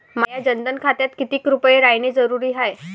माह्या जनधन खात्यात कितीक रूपे रायने जरुरी हाय?